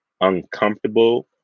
uncomfortable